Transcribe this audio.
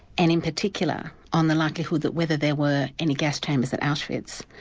and in particular, on the likelihood that whether there were any gas chambers at auschwitz.